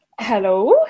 Hello